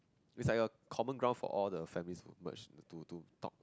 it's like a common ground for all the family to merge to to talk